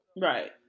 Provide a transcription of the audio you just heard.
Right